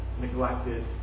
neglected